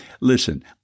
listen